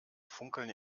funkeln